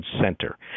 center